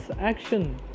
action